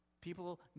people